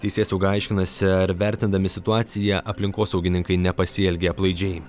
teisėsauga aiškinasi ar vertindami situaciją aplinkosaugininkai nepasielgė aplaidžiai